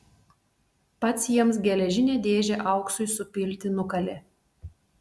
pats jiems geležinę dėžę auksui supilti nukalė